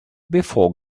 before